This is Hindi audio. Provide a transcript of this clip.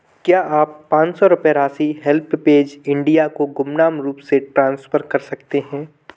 क्या आप पाँच सौ रुपये राशि हेल्पऐज इंडिया को गुमनाम रूप से ट्रांसफ़र कर सकते हैं